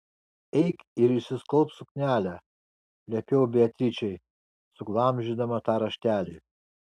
eik ir išsiskalbk suknelę liepiau beatričei suglamžydama tą raštelį